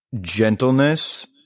gentleness